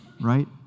right